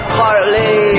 partly